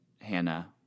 Hannah